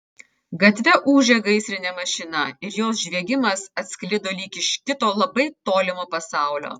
gatve ūžė gaisrinė mašina ir jos žviegimas atsklido lyg iš kito labai tolimo pasaulio